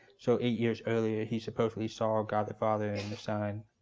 so eight years earlier, he supposedly saw god the father and the son.